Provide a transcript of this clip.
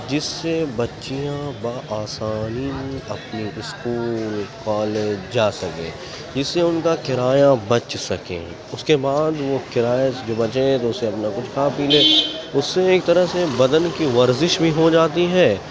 جس سے بچیاں بآسانی اپنے اسکول کالج جا سکیں جس سے ان کا کرایہ بچ سکے اس کے بعد وہ کرایہ جو بچے تو اس سے اپنا کچھ کھا پی لیں اس سے ایک طرح سے بدن کی ورزش بھی ہو جاتی ہے